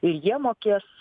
jie mokės